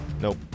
nope